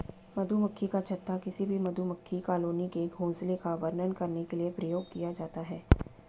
मधुमक्खी का छत्ता किसी भी मधुमक्खी कॉलोनी के घोंसले का वर्णन करने के लिए प्रयोग किया जाता है